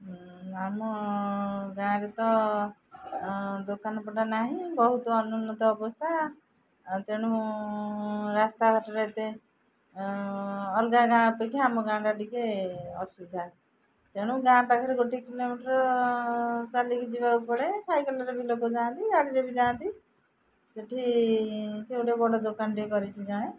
ଆମ ଗାଁରେ ତ ଦୋକାନପଟା ନାହିଁ ବହୁତ ଅନୁନ୍ନତ ଅବସ୍ଥା ତେଣୁ ରାସ୍ତାଘାଟରେ ଏତେ ଅଲଗା ଗାଁ ଅପେକ୍ଷା ଆମ ଗାଁଟା ଟିକେ ଅସୁବିଧା ତେଣୁ ଗାଁ ପାଖରେ ଗୋଟିଏ କିଲୋମିଟର ଚାଲିକି ଯିବାକୁ ପଡ଼େ ସାଇକେଲରେ ବି ଲୋକ ଯାଆନ୍ତି ଗାଡ଼ିରେ ବି ଯାଆନ୍ତି ସେଠି ସେ ଗୋଟେ ବଡ଼ ଦୋକାନ ଟିଏ କରିଛି ଜଣେ